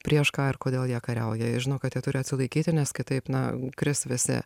prieš ką ir kodėl jie kariauja jie žino kad jie turi atsilaikyti nes kitaip na kris visi